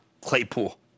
Claypool